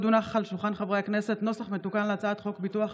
הצעת חוק ביטוח